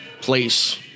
place